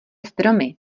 stromy